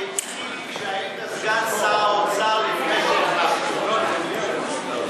זה הזכיר לי שהיית סגן שר האוצר לפני שהחלפתי אותך.